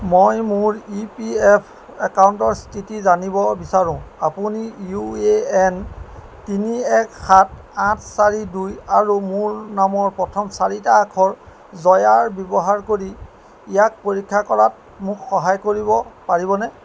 মই মোৰ E P F একাউণ্টৰ স্থিতি জানিব বিচাৰো আপুনি ইউ এ এন তিনি এক সাত আঠ চাৰি দুই আৰু মোৰ নামৰ প্ৰথম চাৰিটা আখৰ জয়াৰ ব্যৱহাৰ কৰি ইয়াক পৰীক্ষা কৰাত মোক সহায় কৰিব পাৰিবনে